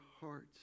hearts